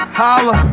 holla